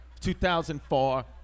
2004